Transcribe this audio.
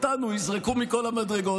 אותנו יזרקו מכל המדרגות.